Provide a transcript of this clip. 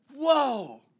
whoa